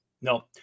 No